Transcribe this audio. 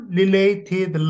related